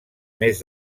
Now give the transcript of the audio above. més